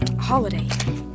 Holiday